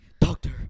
Doctor